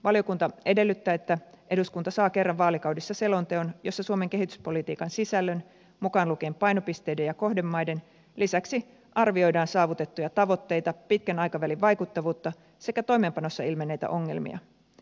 valiokunta edellyttää että eduskunta saa kerran vaalikaudessa selonteon jossa suomen kehityspolitiikan sisällön mukaan lukien painopisteiden ja kohdemaiden lisäksi arvioidaan saavutettuja tavoitteita pitkän aikavälin vaikuttavuutta sekä toimeenpanossa ilmenneitä ongelmia